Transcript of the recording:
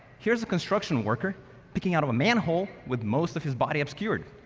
here's a construction worker peeking out of a manhole, with most of his body obscured.